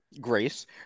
grace